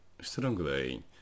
strongly